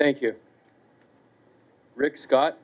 thank you rick scott